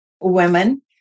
women